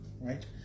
Right